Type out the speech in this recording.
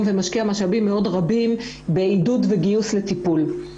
ומשקיע משאבים מאוד רבים בעידוד וגיוס לטיפול.